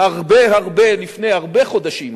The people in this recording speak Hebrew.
הרבה הרבה, לפני הרבה חודשים,